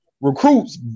recruits